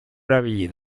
erabili